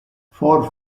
for